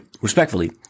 respectfully